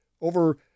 Over